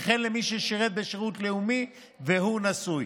וכן למי ששירת בשירות לאומי והוא נשוי.